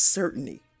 certainty